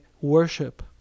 worship